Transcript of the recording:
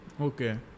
Okay